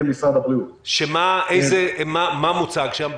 מה מוצג שם?